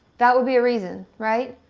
that would be a reason, right?